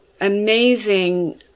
amazing